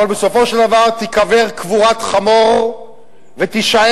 אבל בסופו של דבר תיקבר קבורת חמור ותישאר